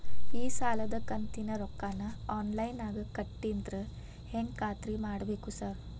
ಈ ಸಾಲದ ಕಂತಿನ ರೊಕ್ಕನಾ ಆನ್ಲೈನ್ ನಾಗ ಕಟ್ಟಿದ್ರ ಹೆಂಗ್ ಖಾತ್ರಿ ಮಾಡ್ಬೇಕ್ರಿ ಸಾರ್?